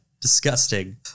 Disgusting